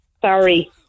Sorry